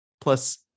plus